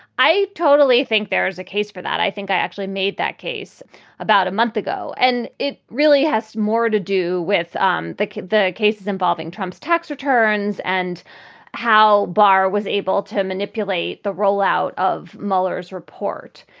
i totally think there is a case for that. i think i actually made that case about a month ago. and it really has more to do with um the court cases involving trump's tax returns and how barr was able to manipulate the roll out of mueller's report.